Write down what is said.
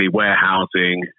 warehousing